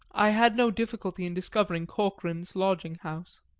i had no difficulty in discovering corcoran's lodging-house.